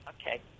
Okay